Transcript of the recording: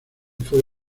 fue